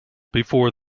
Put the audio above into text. before